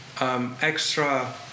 extra